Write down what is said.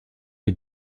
est